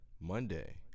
Monday